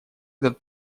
этот